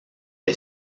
est